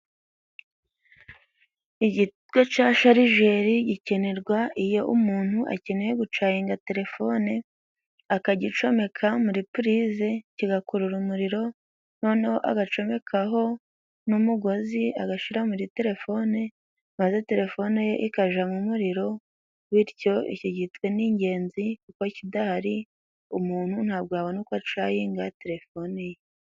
Igitwe ca sharijeri gikenerwa iyo umuntu akeneye gucayinga telefone, akagicomeka muri purize kigakurura umuriro, noneho agacomekaho n'umugozi agashyira muri telefone, maze telefone ye ikajamo umuririro bityo Iki gitwe ni ingenzi, kuko kidahari umuntu ntabwo yabona uko acayiga telefone ye.